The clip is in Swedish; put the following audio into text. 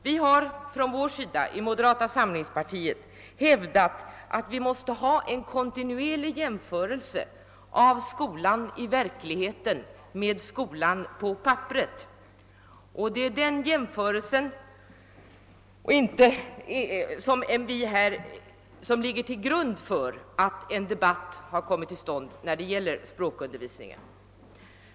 Vi inom moderata samlingspartiet har hävdat att det måste göras en kontinuerlig jämförelse mellan skolan i verkligheten och skolan på papperet. Det är den jämfö relsen som ligger till grund för den debatt som kommit till stånd om språkundervisningen.